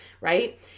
right